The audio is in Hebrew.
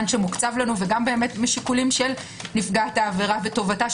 שמוקצב לנו וגם מהשיקולים של נפגעת העבירה וטובתה,